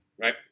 Right